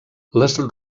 les